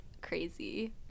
crazy